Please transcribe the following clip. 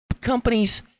companies